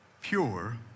Pure